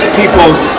people's